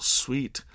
sweet